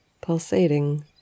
pulsating